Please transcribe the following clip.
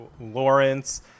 Lawrence